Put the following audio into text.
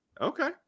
okay